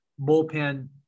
bullpen